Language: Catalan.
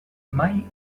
mai